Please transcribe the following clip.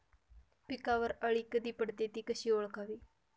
पिकावर अळी कधी पडते, ति कशी ओळखावी?